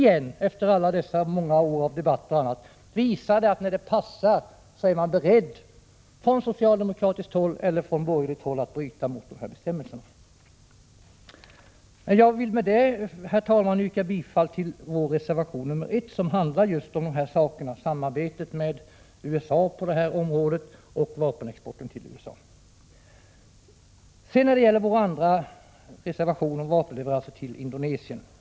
Det visar ännu en gång att när det passar, då är man från socialdemokratiskt eller borgerligt håll beredd att bryta mot bestämmelserna. Jag vill med detta, herr talman, yrka bifall till vår reservation nr 1, som handlar just om dessa frågor, nämligen samarbetet med och vapenexporten till USA. Jag vill också säga några ord om vår andra reservation, som behandlar vapenleveranserna till Indonesien.